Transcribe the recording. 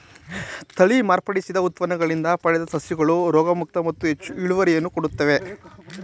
ತಳಿ ಮಾರ್ಪಡಿಸಿದ ಉತ್ಪನ್ನಗಳಿಂದ ಪಡೆದ ಸಸಿಗಳು ರೋಗಮುಕ್ತ ಮತ್ತು ಹೆಚ್ಚು ಇಳುವರಿಯನ್ನು ಕೊಡುತ್ತವೆ